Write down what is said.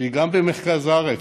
שהיא גם במרכז הארץ,